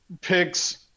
picks